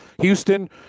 Houston